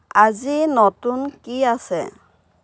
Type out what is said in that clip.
আজিৰ নতুন কি আছে